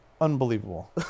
Unbelievable